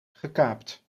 gekaapt